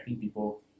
people